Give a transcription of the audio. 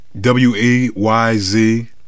W-E-Y-Z